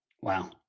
Wow